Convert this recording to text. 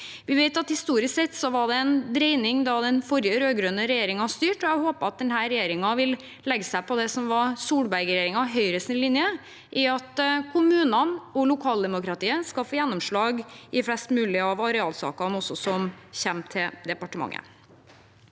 historisk sett var en dreining da den forrige rød-grønne regjeringen styrte, og jeg håper at denne regjeringen vil legge seg på det som var Solberg-regjeringens og Høyres linje, at kommunene og lokaldemokratiet skal få gjennomslag i flest mulig av arealsakene som kommer til departementet.